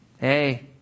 Hey